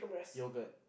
yogurt